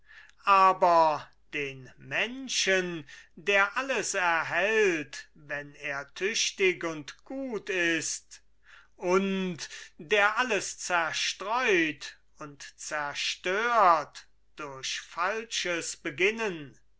aber den menschen der alles erhält wenn er tüchtig und gut ist und der alles zerstreut und zerstört durch falsches beginnen